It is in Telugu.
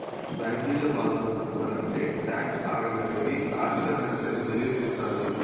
బ్యాంకీల బాసలో సెప్పాలంటే టాక్స్ హావెన్ అనేది ఆర్థిక రహస్యాన్ని తెలియసేత్తది